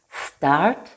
start